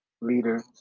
leader